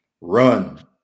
Run